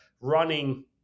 running